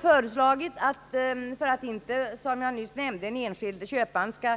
För att inte, som jag nyss nämnde, den enskilde köpmannen skall